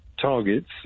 targets